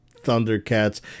Thundercats